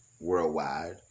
worldwide